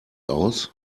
aus